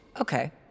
Okay